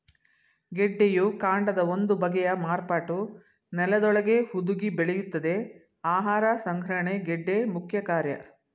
ಗೆಡ್ಡೆಯು ಕಾಂಡದ ಒಂದು ಬಗೆಯ ಮಾರ್ಪಾಟು ನೆಲದೊಳಗೇ ಹುದುಗಿ ಬೆಳೆಯುತ್ತದೆ ಆಹಾರ ಸಂಗ್ರಹಣೆ ಗೆಡ್ಡೆ ಮುಖ್ಯಕಾರ್ಯ